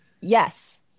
Yes